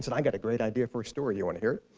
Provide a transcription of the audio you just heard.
and i got a great idea for a story. you want to hear